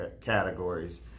categories